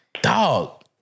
Dog